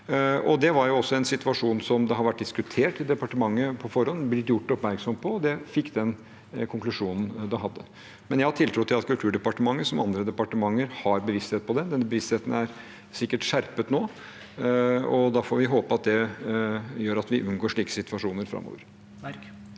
Det var også en situasjon som hadde vært diskutert i departementet på forhånd – man hadde blitt gjort oppmerksom på det – og det fikk da den konklusjonen det fikk. Jeg har tiltro til at Kulturdepartementet, som andre departementer, har en bevissthet om det. Den bevisstheten er sikkert blitt skjerpet nå, og vi får håpe at det gjør at vi unngår slike situasjoner framover.